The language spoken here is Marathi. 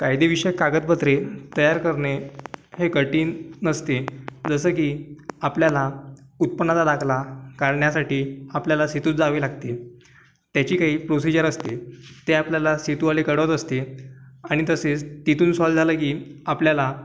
कायदेविषयक कागदपत्रे तयार करणे हे कठीण नसते जसं की आपल्याला उत्पन्नाचा दाखला काढण्यासाठी आपल्याला सेतूत जावे लागते त्याची काही प्रोसीजर असते ते आपल्याला सेतूवाले काढत असते आणि तसेच तिथून सॉल्व झालं की आपल्याला